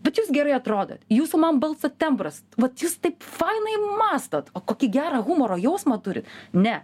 bet jūs gerai atrodot jūsų man balso tembras vat jūs taip fainai mąstot o kokį gerą humoro jausmą turit ne